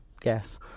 guess